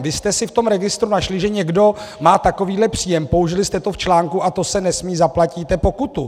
Vy jste si v tom registru našli, že někdo má takovýhle příjem, použili jste to v článku, a to se nesmí, zaplatíte pokutu!